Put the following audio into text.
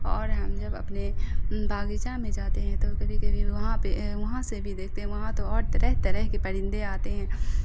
اور ہم جب اپنے باغیچہ میں جاتے ہیں تو کبھی کبھی وہاں پہ وہاں سے بھی دیکھتے ہیں وہاں تو اور طرح طرح کے پرندے آتے ہیں